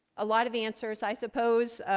a lot of answers i suppose.